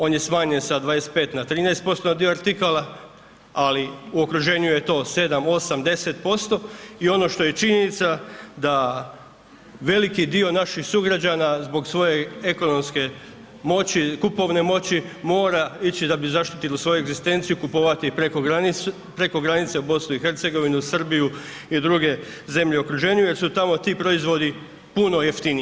On je smanjen sa 25 na 13% na dio artikala, ali u okruženju je to 7, 8, 10% i ono što je činjenica da veliki dio naših sugrađana zbog svoje ekonomske moći, kupovne moći mora ići da bi zaštitili svoju egzistenciju kupovati preko granice u BiH, Srbiju i druge zemlje u okruženju jer su tamo ti proizvodi puno jeftiniji.